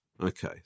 Okay